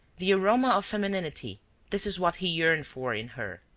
the aroma of femininity this is what he yearned for in her,